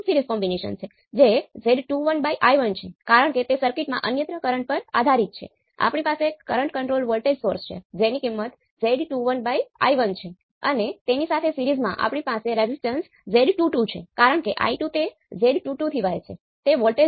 તેથી આવા કિસ્સામાં શું થાય છે તેને ચાલો આપણે વધુ વિગતવાર રીતે જોઈએ